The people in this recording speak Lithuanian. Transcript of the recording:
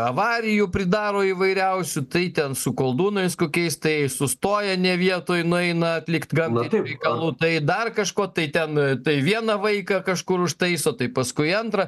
avarijų pridaro įvairiausių tai ten su koldūnais kokiais tai sustoja ne vietoj nueina atlikt gamtai reikalų tai dar kažkuo tai ten tai vieną vaiką kažkur užtaiso tai paskui antrą